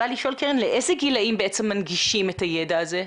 לאיזה גילים בעצם מנגישים את הידע הזה?